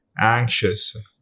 anxious